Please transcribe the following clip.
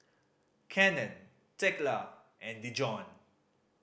Cannon Thekla and Dijon